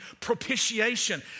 propitiation